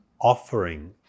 offering